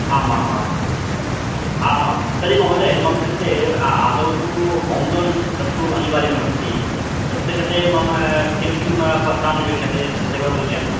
आमामामम् आमां तर्हि महोदय मम कृते आदौ तु हों लोन् तत्तु अनिवार्यमेव अस्ति तस्य कृते मम किं किं पत्राणि अपेक्षते तदेवं सूचयन्तु